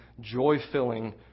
joy-filling